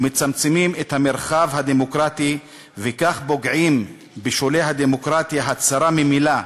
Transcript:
הם מצמצמים את המרחב הדמוקרטי וכך פוגעים בשולי הדמוקרטיה הצרים ממילא,